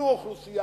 ביזור אוכלוסייה,